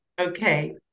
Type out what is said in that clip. okay